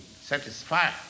satisfied